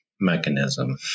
mechanism